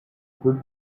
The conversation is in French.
peux